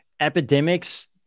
epidemics